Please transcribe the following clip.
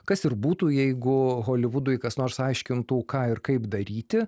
kas ir būtų jeigu holivudui kas nors aiškintų ką ir kaip daryti